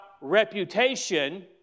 reputation